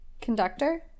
conductor